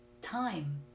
Time